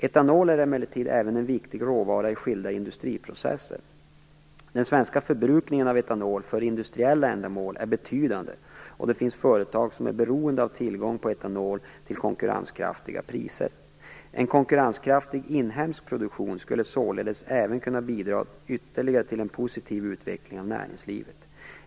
Etanol är emellertid även en viktig råvara i skilda industriprocesser. Den svenska förbrukningen av etanol för industriella ändamål är betydande, och det finns företag som är beroende av tillgång på etanol till konkurrenskraftiga priser. En konkurrenskraftig inhemsk produktion skulle således även kunna bidra ytterligare till en positiv utveckling av näringslivet.